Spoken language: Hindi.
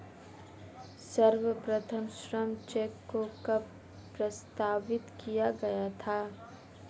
सर्वप्रथम श्रम चेक को कब प्रस्तावित किया गया था?